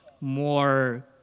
more